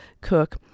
cook